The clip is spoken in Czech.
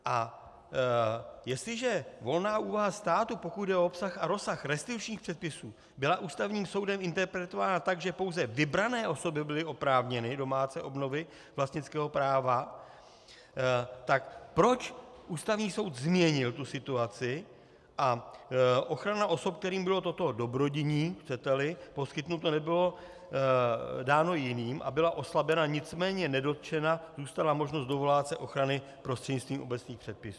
A jestliže volná úvaha státu, pokud jde o obsah a rozsah restitučních předpisů, byla Ústavním soudem interpretována tak, že pouze vybrané osoby byly oprávněny domáhat se obnovy vlastnického práva, tak proč Ústavní soud změnil tu situaci a ochrana osob, kterým bylo toto dobrodiní, chceteli, poskytnuto, nebylo dáno jiným, byla oslabena, nicméně nedotčena, zůstala možnost dovolávat se ochrany prostřednictvím obecných předpisů.